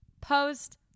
post